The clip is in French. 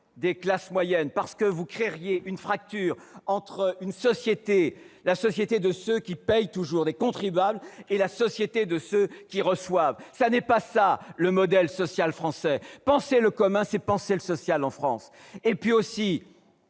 des classes moyennes. En procédant de la sorte, vous créeriez une fracture entre la société de ceux qui payent toujours- les contribuables -et la société de ceux qui reçoivent. Ce n'est pas ça le modèle social français ! Penser le commun, c'est penser le social en France. Construire